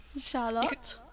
Charlotte